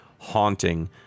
haunting